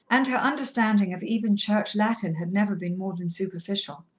and her understanding of even church latin had never been more than superficial.